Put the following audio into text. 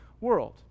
world